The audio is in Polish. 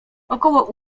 około